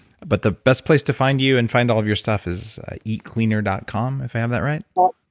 but the best place to find you and find all of your stuff is eatcleaner dot com, if i have that right but